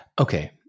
Okay